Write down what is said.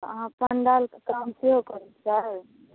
अहाँ पण्डालके काम सेहो करै छियै